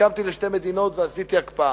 והסכמתי לשתי מדינות ועשיתי הקפאה.